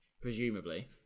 Presumably